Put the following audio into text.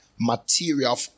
material